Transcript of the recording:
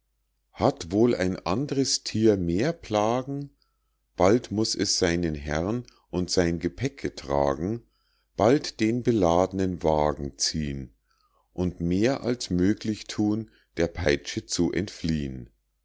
hat wohl ein andres thier mehr plagen bald muß es seinen herrn und sein gepäcke tragen bald den belad'nen wagen ziehn und mehr als möglich thun der peitsche zu entfliehn